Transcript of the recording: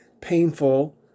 painful